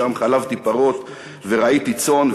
שם חלבתי פרות ורעיתי צאן,